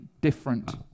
different